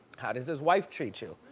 how does his wife treat you?